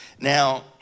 Now